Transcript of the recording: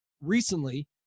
recently